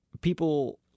people